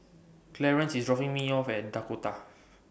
Clarance IS dropping Me off At Dakota